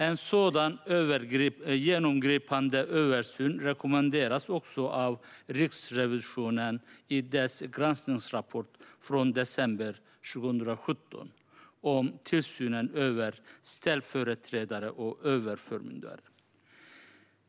En sådan genomgripande översyn rekommenderas också av Riksrevisionen i dess granskningsrapport från december 2017 om tillsynen över ställföreträdare och överförmyndare.